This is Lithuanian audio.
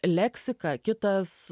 leksika kitas